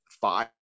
five